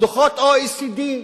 דוחות OECD,